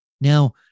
Now